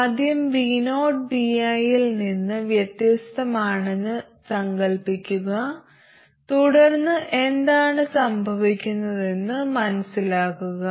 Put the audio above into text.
ആദ്യം vo vi യിൽ നിന്ന് വ്യത്യസ്തമാണെന്ന് സങ്കൽപ്പിക്കുക തുടർന്ന് എന്താണ് സംഭവിക്കുന്നതെന്ന് മനസിലാക്കുക